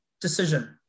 decision